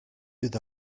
bydd